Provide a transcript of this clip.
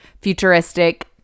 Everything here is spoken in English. futuristic